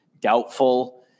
doubtful